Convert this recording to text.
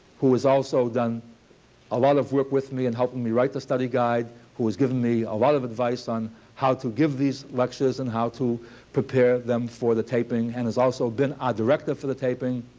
who has also done a lot of work with me in helping me write the study guide, who has given me a lot of advice on how to give these lectures and how to prepare them for the taping, and has also been our director for the taping,